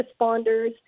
responders